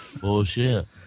Bullshit